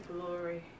glory